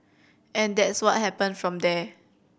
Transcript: and that's what happened from there